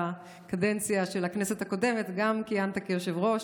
לקדנציה של הכנסת הקודמת גם כיהנת כיושב-ראש,